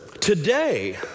today